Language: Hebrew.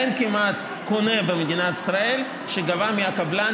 אין כמעט קונה במדינת ישראל שגבה מהקבלן